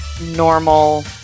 normal